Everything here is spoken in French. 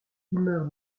meurt